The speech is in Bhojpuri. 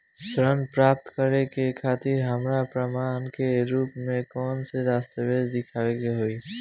ऋण प्राप्त करे के खातिर हमरा प्रमाण के रूप में कउन से दस्तावेज़ दिखावे के होइ?